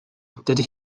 dydy